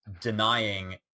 denying